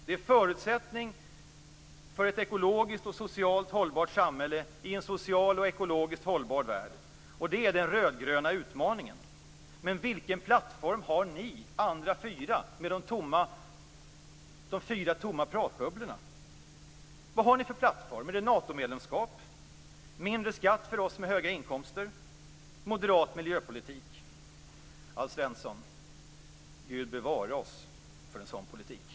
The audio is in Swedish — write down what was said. Det är en förutsättning för ett ekologiskt och socialt hållbart samhälle i en socialt och ekologiskt hållbar värld. Det är den rödgröna utmaningen. Men vilken plattform har ni andra fyra partier med era tomma pratbubblor? Är det Natomedlemskap, lägre skatt för dem som har höga inkomster, moderat miljöpolitik? Alf Svensson, Gud bevare oss för en sådan politik.